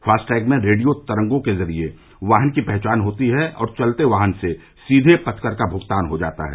FASTag में radio तरंगों के जरिये वाहन की पहचान होती है और चलते वाहन से सीधे पथकर का भुगतान हो जाता है